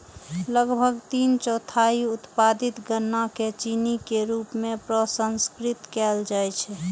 लगभग तीन चौथाई उत्पादित गन्ना कें चीनी के रूप मे प्रसंस्कृत कैल जाइ छै